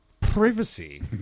privacy